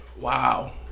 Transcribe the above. Wow